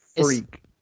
freak